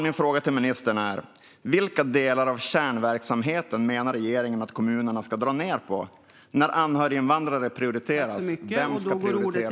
Min fråga till ministern är: Vilka delar av kärnverksamheten menar regeringen att kommunerna ska dra ned på när anhöriginvandrare prioriteras? Vem ska prioriteras bort?